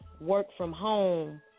work-from-home